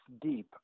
deep